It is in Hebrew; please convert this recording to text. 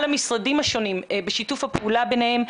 המשרדים השונים בשיתוף הפעולה ביניהם.